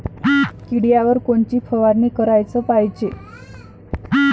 किड्याइवर कोनची फवारनी कराच पायजे?